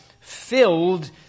filled